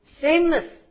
Shameless